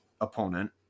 opponent